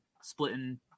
splitting